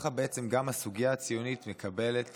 גם הסוגיה הציונית מקבלת